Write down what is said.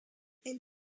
elle